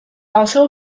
also